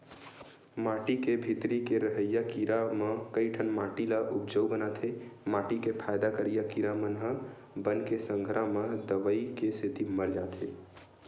माटी के भीतरी के रहइया कीरा म कइठन माटी ल उपजउ बनाथे माटी के फायदा करइया कीरा मन ह बन के संघरा म दवई के सेती मर जाथे